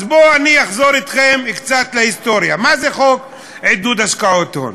אז בוא אחזור אתכם קצת להיסטוריה: מה זה חוק עידוד השקעות הון?